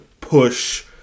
push